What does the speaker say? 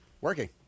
Working